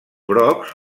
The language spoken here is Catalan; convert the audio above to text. brocs